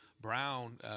Brown